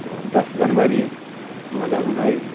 आओर दश जनवरी दू हजार उन्नैस